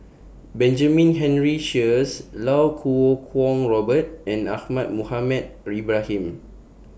Benjamin Henry Sheares Lau Kuo Kwong Robert and Ahmad Mohamed Ibrahim